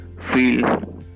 Feel